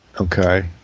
Okay